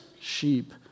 sheep